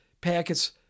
packets